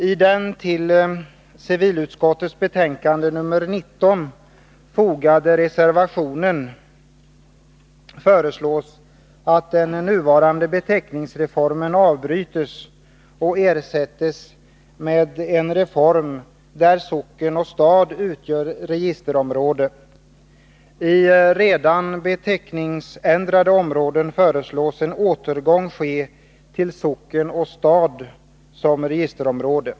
I den vid civilutskottets betänkande nr 19 fogade reservationen föreslås att den nuvarande beteckningsreformen upphävs och ersätts av en reform där socken och stad utgör registerområden. I redan beteckningsändrade områden föreslås en återgång till socken och stad som registerområden.